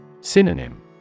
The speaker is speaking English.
Synonym